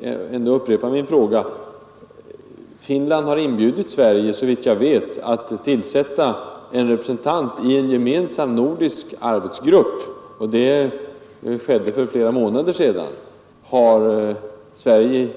Jag vill också upprepa min andra fråga: Finland har inbjudit Sverige, såvitt jag vet, att tillsätta en representant i en gemensam nordisk arbetsgrupp, och det skedde för flera månader sedan; har Sverige